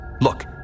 Look